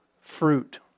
fruit